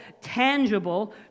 tangible